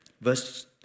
verse